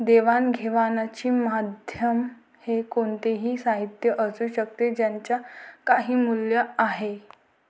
देवाणघेवाणीचे माध्यम हे कोणतेही साहित्य असू शकते ज्याचे काही मूल्य आहे